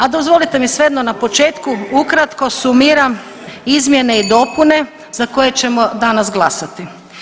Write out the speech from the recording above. A dozvolite mi svejedno na početku ukratko sumiram izmjene i dopune za koje ćemo danas glasati.